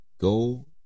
Go